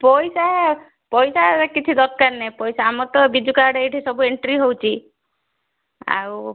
ପଇସା ପଇସା କିଛି ଦରକାର ନାହିଁ ପଇସା ଆମର ତ ବିଜୁ କାର୍ଡ଼ ଏଠି ସବୁ ଏଣ୍ଟ୍ରି ହେଉଛି ଆଉ